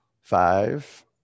Five